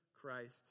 Christ